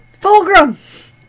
Fulgrim